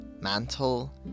mantle